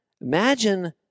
Imagine